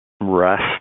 rest